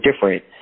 different